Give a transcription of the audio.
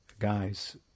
guys